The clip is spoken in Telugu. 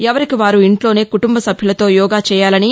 ఎవరికి వారు ఇంట్లోనే కుటుంబ సభ్యులతో యోగా చేయాలని